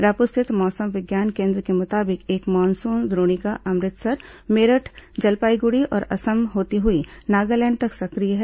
रायपुर स्थित मौसम विज्ञान केन्द्र के मुताबिक एक मानसून द्रोणिका अमृतसर मेरठ जलपाईगुड़ी और असम होती हुई नगालैंड तक सक्रिय है